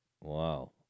Wow